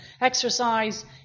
exercise